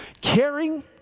Caring